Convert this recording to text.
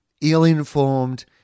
ill-informed